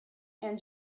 and